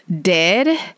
dead